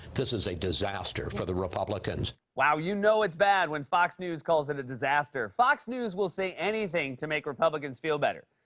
this is a disaster for the republicans. wow. you know it's a bad when fox news calls it a disaster. fox news will say anything to make republicans feel better.